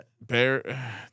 Bear